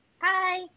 Hi